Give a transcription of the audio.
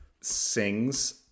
sings